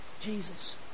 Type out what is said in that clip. Jesus